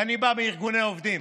ואני בא מארגוני עובדים,